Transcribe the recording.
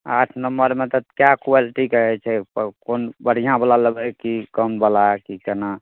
आठ नम्बरमे तऽ कै क्वालिटीके होइ छै पर कोन बढ़िआँवला लेबै कि कमवला कि कोना